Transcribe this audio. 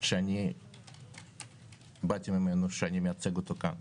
שאני באתי ממנו, שאני מייצג אותו כאן.